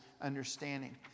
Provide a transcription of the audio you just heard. understanding